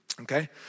Okay